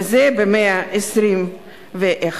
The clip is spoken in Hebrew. וזה במאה ה-21,